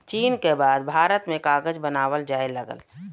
चीन क बाद भारत में कागज बनावल जाये लगल